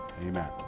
Amen